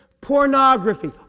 pornography